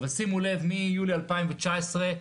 אבל מיולי 2019,